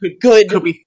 good